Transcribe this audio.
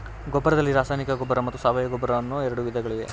ಗೊಬ್ಬರದಲ್ಲಿ ರಾಸಾಯನಿಕ ಗೊಬ್ಬರ ಮತ್ತು ಸಾವಯವ ಗೊಬ್ಬರ ಅನ್ನೂ ಎರಡು ವಿಧಗಳಿವೆ